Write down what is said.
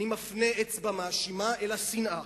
אני מפנה אצבע מאשימה אל השנאה.